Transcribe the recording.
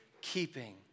keeping